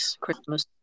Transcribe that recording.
Christmas